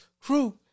crew